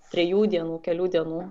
trejų dienų kelių dienų